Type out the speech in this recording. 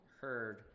heard